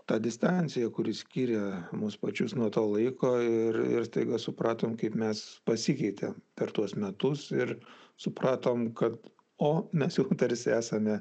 tą distanciją kuri skiria mus pačius nuo to laiko ir ir staiga supratom kaip mes pasikeitėm per tuos metus ir supratom kad o mes tarsi esame